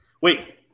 Wait